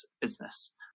business